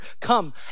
come